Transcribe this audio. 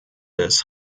des